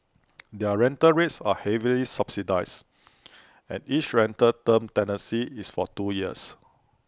their rental rates are heavily subsidised and each rental term tenancy is for two years